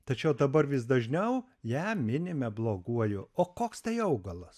tačiau dabar vis dažniau ją minime bloguoju o koks tai augalas